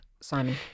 Simon